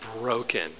broken